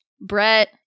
Brett